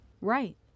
Right